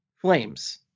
Flames